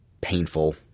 painful